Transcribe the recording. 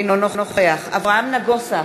אינו נוכח אברהם נגוסה,